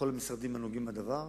בכל המשרדים הנוגעים בדבר.